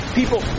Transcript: People